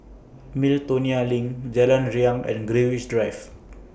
Miltonia LINK Jalan Riang and Greenwich Drive